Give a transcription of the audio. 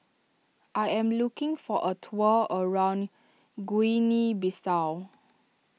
I am looking for a tour around Guinea Bissau